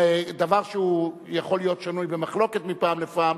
דבר שיכול להיות שנוי במחלוקת מפעם לפעם,